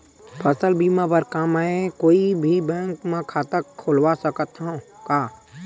फसल बीमा बर का मैं कोई भी बैंक म खाता खोलवा सकथन का?